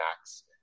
Max